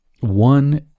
one